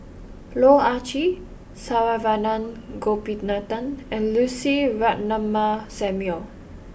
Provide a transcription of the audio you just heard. Loh Ah Chee Saravanan Gopinathan and Lucy Ratnammah Samuel